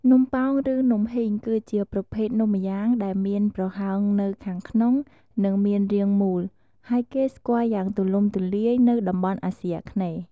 នំប៉ោង ឬ នំហុីង គឺជាប្រភេទនំម្យ៉ាង ដែលមានប្រហោងនៅខាងក្នុង និងមានរាងមូល ហើយគេស្គាល់យ៉ាងទូលំទូលាយនៅតំបន់អាស៊ីអាគ្នេយ៍។